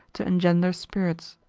to engender spirits.